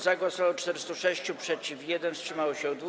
Za głosowało 406, przeciw - 1, wstrzymało się 2.